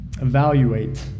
Evaluate